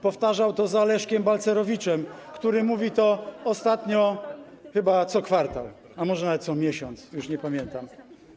Powtarzał to za Leszkiem Balcerowiczem, który mówi to ostatnio chyba co kwartał, a może nawet co miesiąc, już nie pamiętam.